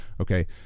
okay